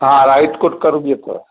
हा rice cooker बि अथव